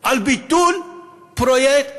על ביטול פרויקט